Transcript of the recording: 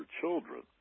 children